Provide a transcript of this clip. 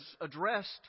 addressed